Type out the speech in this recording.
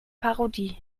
parodie